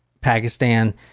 Pakistan